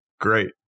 great